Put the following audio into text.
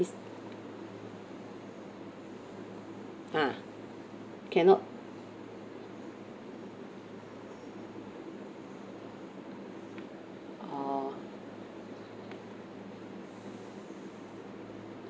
ah cannot oh